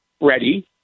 ready